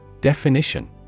Definition